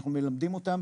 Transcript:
אנחנו מלמדים אותם,